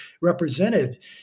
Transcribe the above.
represented